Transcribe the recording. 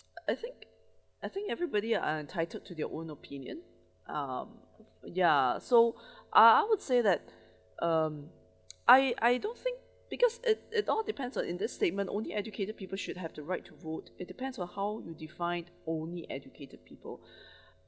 I think I think everybody ah are entitled to their own opinion um ya so ah I would say that um I I don't think because it it all depends on in this statement only educated people should have the right to vote it depends on how you define only educated people